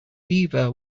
beaver